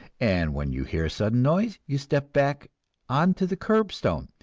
and when you hear a sudden noise, you step back onto the curbstone,